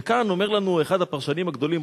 וכאן אומר לנו אחד הפרשנים הגדולים,